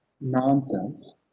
nonsense